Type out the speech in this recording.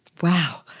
Wow